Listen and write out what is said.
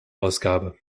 ausgabe